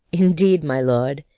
indeed, my lord,